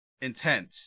intent